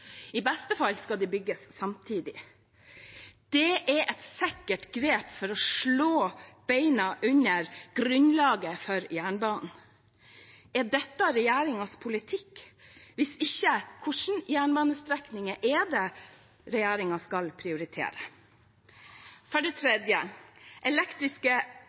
I beste fall skal de bygges samtidig. Det er et sikkert grep for å slå bena under grunnlaget for jernbanen. Er dette regjeringens politikk? Hvis ikke – hvilke jernbanestrekninger er det regjeringen skal prioritere? For det